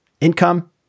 income